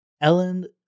ellen